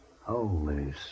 Holy